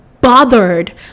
bothered